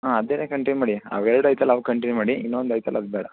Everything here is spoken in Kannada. ಹಾಂ ಅದನ್ನೇ ಕಂಟಿನ್ಯು ಮಾಡಿ ಅವೆರಡೈತಲ್ಲ ಅವು ಕಂಟಿನ್ಯು ಮಾಡಿ ಇನ್ನೊಂದೈತಲ್ಲ ಅದು ಬೇಡ